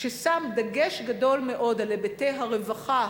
ששם דגש גדול מאוד על היבטי הרווחה,